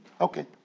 Okay